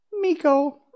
Miko